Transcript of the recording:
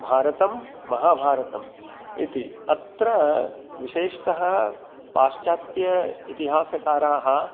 भारतं महाभारतम् इति अत्र विशेषतः पाश्चात्य इतिहासकाराः